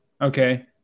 Okay